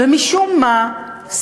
ומשום מה,